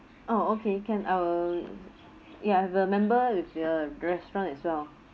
oh okay can um ya I have a member with your restaurant as well